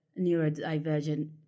neurodivergent